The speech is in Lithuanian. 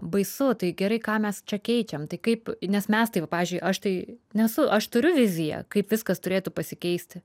baisu tai gerai ką mes čia keičiam tai kaip į nes mes tai va pavyzdžiui aš tai nesu aš turiu viziją kaip viskas turėtų pasikeisti